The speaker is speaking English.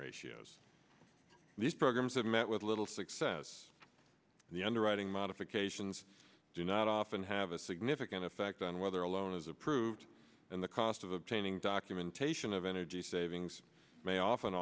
ratio as these programs have met with little success the underwriting modifications do not often have a significant effect on whether a loan is approved and the cost of obtaining documentation of energy savings may often